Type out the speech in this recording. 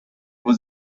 was